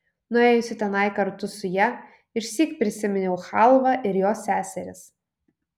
nuėjusi tenai kartu su ja išsyk prisiminiau chalvą ir jos seseris